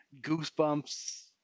goosebumps